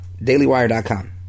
dailywire.com